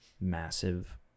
massive